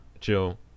Chill